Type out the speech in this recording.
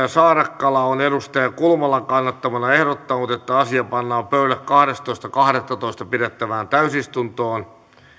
saarakkala kari kulmalan kannattamana ehdottanut että asia pannaan pöydälle kahdestoista kahdettatoista kaksituhattakuusitoista pidettävään täysistuntoon